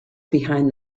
behind